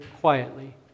quietly